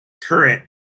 current